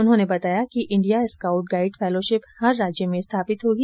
उन्होंने बताया कि इण्डिया स्काउट गाईड फैलोशिप हर राज्य में स्थापित होगी